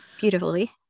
beautifully